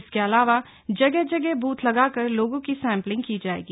इसके अलावा जगह जगह ब्रूथ लगाकर लोगों की सैंपलिंग की जाएगी